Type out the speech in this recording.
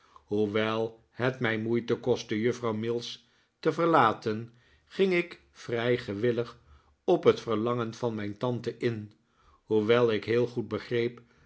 hoewel het mij moeite kostte juffrouw mills te verlaten ging ik vrij gewillig op het verlangen van mijn tante in hoewel ik heel goed begreep